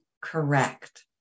correct